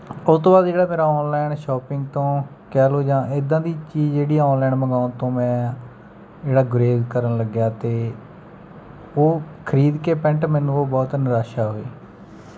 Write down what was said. ਉਹ ਤੋਂ ਬਾਅਦ ਜਿਹੜਾ ਫਿਰ ਔਨਲਾਈਨ ਸ਼ਾਪਿੰਗ ਤੋਂ ਕਹਿ ਲਓ ਜਾਂ ਇੱਦਾਂ ਦੀ ਚੀਜ਼ ਜਿਹੜੀ ਆ ਔਨਲਾਈਨ ਮੰਗਾਉਣ ਤੋਂ ਮੈਂ ਜਿਹੜਾ ਗੁਰੇਜ਼ ਕਰਨ ਲੱਗਿਆ ਅਤੇ ਉਹ ਖਰੀਦ ਕੇ ਪੈਂਟ ਮੈਨੂੰ ਉਹ ਬਹੁਤ ਨਿਰਾਸ਼ਾ ਹੋਈ